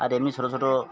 আর এমনি ছোট ছোট